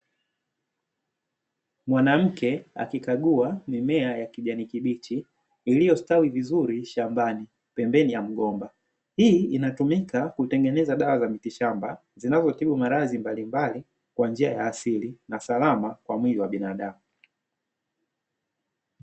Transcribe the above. Mwanamke akikagua mimea ya kijani kibichi iliyostawi vizuri shambani pembeni ya mgomba, hii inatumika kutengeneza dawa za mitishamba zinazotibu maradhi mbalimbali kwa njia ya asili na salama kwa mwili wa binadamu.